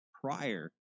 prior